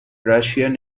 russian